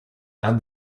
and